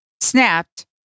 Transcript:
snapped